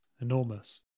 Enormous